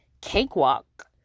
cakewalk